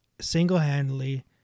single-handedly